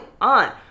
on